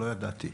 לא ידעת.